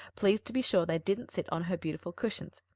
please to be sure they didn't sit on her beautiful cushions.